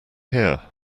here